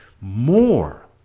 more